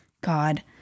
God